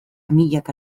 milaka